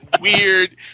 weird